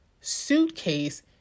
suitcase